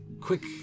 Quick